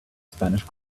spanish